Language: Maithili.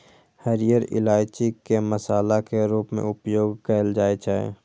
हरियर इलायची के मसाला के रूप मे उपयोग कैल जाइ छै